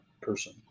person